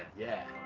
yeah,